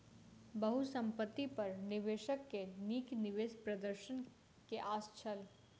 बहुसंपत्ति पर निवेशक के नीक निवेश प्रदर्शन के आस छल